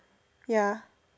ya